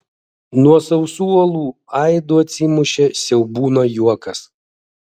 nuo sausų uolų aidu atsimušė siaubūno juokas